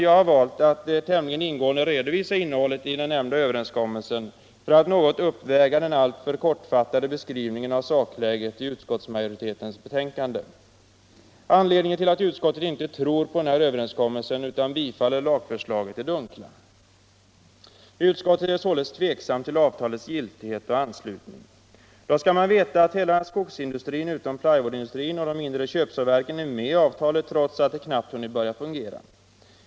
Jag har valt att tämligen ingående redovisa innehållet i den nämnda överenskommelsen för att något uppväga den alltför kortfattade beskrivningen av sakläget i utskottsmajoritetens betänkande. Anledningarna till att utskottet inte tror på den här överenskommelsen utan bifaller lagförslaget är dunkla. Utskottet är således tveksamt till avtalets giltighet och anslutningen till det. Då skall man veta att hela skogsindustrin utom plywoodindustrin och de mindre köpsågverken är med i avtalet trots att det knappt hunnit börja fungera.